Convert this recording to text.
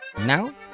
Now